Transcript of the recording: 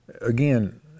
again